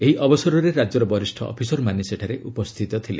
ଏହି ଅବସରରେ ରାଜ୍ୟର ବରିଷ୍ଠ ଅଫିସରମାନେ ସେଠାରେ ଉପସ୍ଥିତ ଥିଲେ